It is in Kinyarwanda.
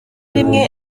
rimwe